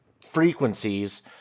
frequencies